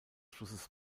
flusses